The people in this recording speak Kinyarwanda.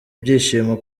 byishimo